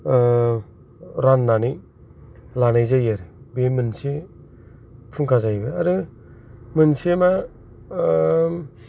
राननानै लानाय जायो आरो बे मोनसे फुंखा जाहैबाय आरो मोनसेया मा